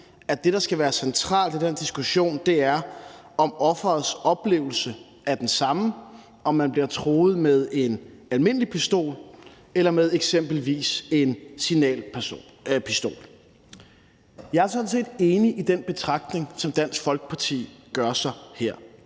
at det, der skal være centralt i den diskussion, er, om ofrets oplevelse er den samme, om man bliver truet med en almindelig pistol eller med eksempelvis en signalpistol. Jeg er sådan set enig i den betragtning, som Dansk Folkeparti gør sig her.